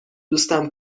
دوستم